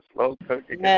Slow-cooking